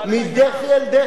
שהחוק קיים.